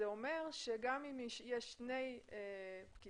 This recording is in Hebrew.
זה אומר שגם אם יש שני פקידים